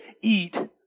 eat